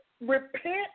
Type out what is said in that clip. Repent